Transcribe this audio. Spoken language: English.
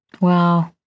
Wow